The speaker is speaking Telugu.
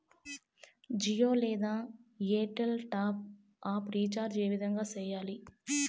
జియో లేదా ఎయిర్టెల్ టాప్ అప్ రీచార్జి ఏ విధంగా సేయాలి